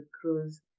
cruise